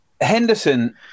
Henderson